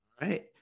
Right